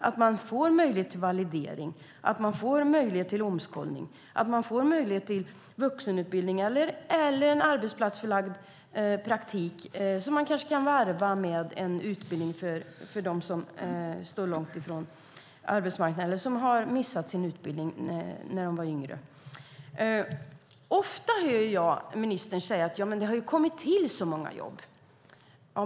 De måste få möjlighet till validering, omskolning, vuxenutbildning eller arbetsplatsförlagd praktik som kanske kan varvas med utbildning för dem som står långt från arbetsmarknaden eller som missade sin utbildning när de var yngre. Ofta hör jag ministern säga att det har kommit till många jobb.